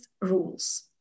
rules